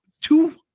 two